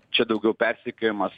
čia daugiau persekiojimas